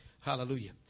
Hallelujah